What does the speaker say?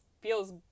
feels